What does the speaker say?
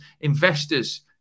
investors